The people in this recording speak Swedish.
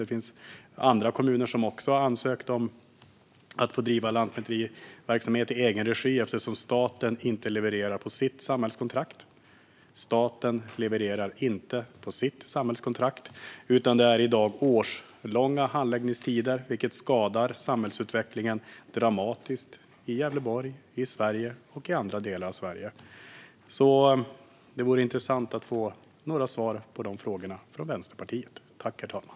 Det finns andra kommuner som också har ansökt om att få bedriva lantmäteriverksamhet i egen regi eftersom staten inte levererar på sitt samhällskontrakt. I dag är det årslånga handläggningstider, vilket skadar samhällsutvecklingen dramatiskt i Gävleborg och andra delar av Sverige. Det vore intressant att få några svar från Vänsterpartiet på dessa frågor.